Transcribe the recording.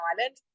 island